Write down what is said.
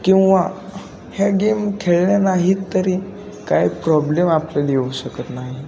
किंवा ह्या गेम खेळल्या नाहीत तरी काय प्रॉब्लेम आपल्याला येऊ शकत नाही